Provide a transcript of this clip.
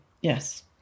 yes